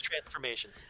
transformation